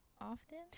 often